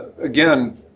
Again